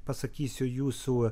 pasakysiu jūsų